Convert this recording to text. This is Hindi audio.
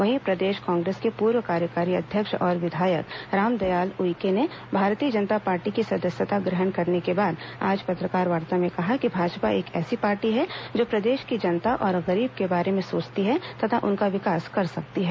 वहीं प्रदेश कांग्रेस के पूर्व कार्यकारी अध्यक्ष और विधायक रामदयाल उईके ने भारतीय जनता पार्टी की सदस्यता ग्रहण करने के बाद आज पत्रकारवार्ता में कहा कि भाजपा एक ऐसी पार्टी है जो प्रदेश की जनता और गरीब के बारे में सोचती है तथा उनका विकास कर सकती है